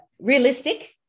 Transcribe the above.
realistic